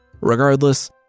Regardless